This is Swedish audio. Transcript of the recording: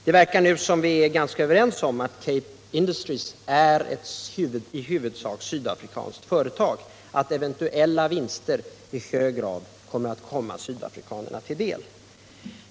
Det verkar nu som om vi är ganska överens om att Cape Industries är ett i huvudsak sydafrikanskt företag, och att eventuella vinster i hög grad skulle komma sydafrikanerna till del.